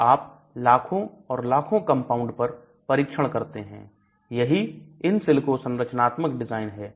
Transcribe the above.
अब आप लाखों और लाखों कंपाउंड पर परीक्षण करते हैं यही इन सिलिको संरचनात्मक डिजाइन है